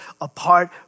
apart